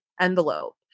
envelope